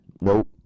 Nope